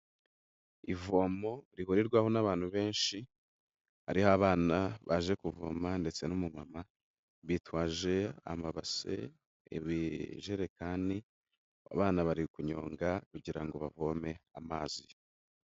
Ivomo rihurirwaho n'abantu benshi ariho abana baje kuvoma ndetse n'umumama, bitwaje amabase, ibijerekani abana bari kunyonga kugira ngo bavome amazi.